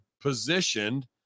positioned